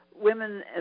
women